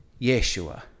Yeshua